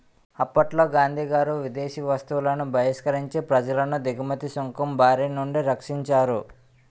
అప్పట్లో గాంధీగారు విదేశీ వస్తువులను బహిష్కరించి ప్రజలను దిగుమతి సుంకం బారినుండి రక్షించారు